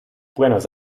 buenos